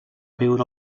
viure